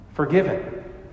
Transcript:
forgiven